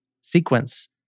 sequence